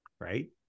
right